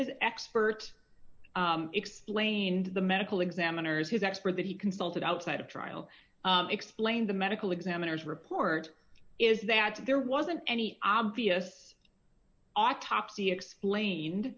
his experts explained the medical examiners his expert that he consulted outside of trial explained the medical examiner's report is that there wasn't any obvious i topsy explained